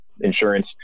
insurance